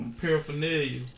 paraphernalia